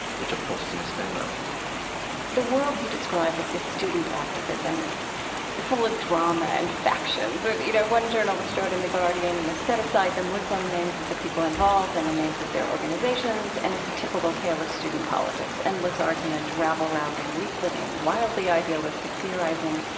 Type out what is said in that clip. which of course is a misnomer the world you describe describe of this student activism is full of drama and factions and, you know, one journalist wrote in the guardian you know set aside the muslim names of the people involved and the names of their organizations, and it's a typical tale of student politics endless argument, rabble-rousing, leafleting, wildly idealistic theorizing,